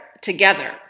together